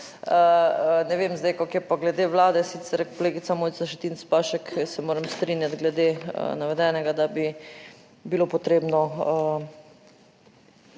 ne vem zdaj, kako je pa glede Vlade, sicer kolegica Mojca Šetinc Pašek se moram strinjati glede navedenega, da bi bilo potrebno